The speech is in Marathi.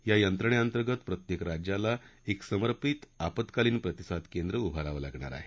या यंत्रणेअंतर्गत प्रत्येक राज्याला एक समर्पीत आपत्कालीन प्रतिसाद केंद्र उभारावं लागणार आहे